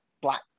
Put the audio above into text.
black